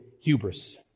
hubris